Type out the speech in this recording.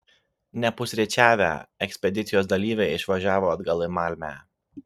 nepusryčiavę ekspedicijos dalyviai išvažiavo atgal į malmę